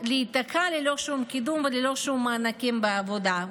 להיתקע ללא שום קידום וללא שום מענקים בעבודה,